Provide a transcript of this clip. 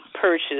purchase